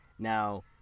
Now